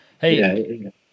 Hey